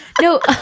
No